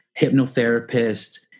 hypnotherapist